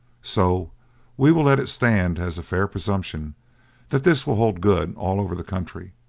so we will let it stand as a fair presumption that this will hold good all over the country,